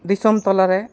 ᱫᱤᱥᱚᱢ ᱛᱟᱞᱟᱨᱮ